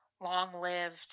long-lived